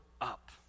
up